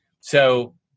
So-